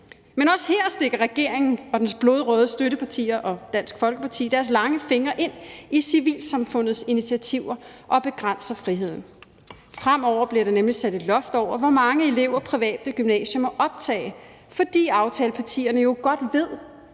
men også her stikker regeringen og dens blodrøde støttepartier og Dansk Folkeparti deres lange fingre ind i civilsamfundets initiativer og begrænser friheden. Fremover bliver der nemlig sat et loft over, hvor mange elever private gymnasier må optage, fordi aftalepartierne jo godt ved,